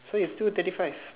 so you have two thirty five